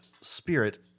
spirit